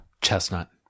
Chestnut